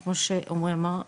כמו שעומרי אמר,